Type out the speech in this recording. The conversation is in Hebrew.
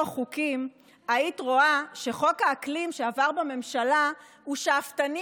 חוקים היית רואה שחוק האקלים שעבר בממשלה הוא שאפתני